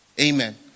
amen